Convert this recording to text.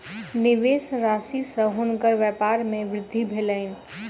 निवेश राशि सॅ हुनकर व्यपार मे वृद्धि भेलैन